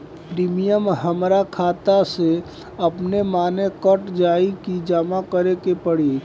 Premium हमरा खाता से अपने माने कट जाई की जमा करे के पड़ी?